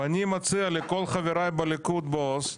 ואני מציע לכל חבריי ב"ליכוד-בוס",